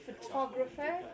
photographer